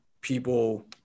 people